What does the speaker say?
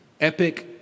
epic